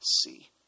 see